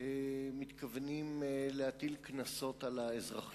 מתכוונים להטיל קנסות על האזרחים.